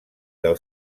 del